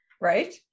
Right